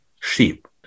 sheep